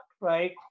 right